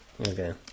Okay